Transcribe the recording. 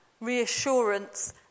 reassurance